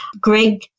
Greg